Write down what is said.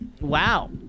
Wow